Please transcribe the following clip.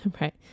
Right